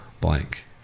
blank